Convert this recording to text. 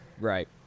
Right